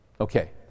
Okay